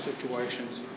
situations